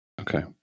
okay